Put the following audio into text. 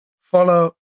follow